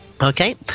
Okay